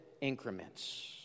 increments